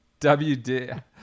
WD